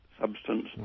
substance